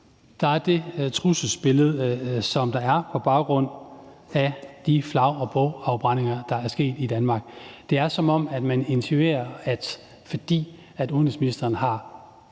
Der er det trusselsbillede, som der er på baggrund af de flag- og bogafbrændinger, der er sket i Danmark. Det er, som om man insinuerer, at det, at udenrigsministeren har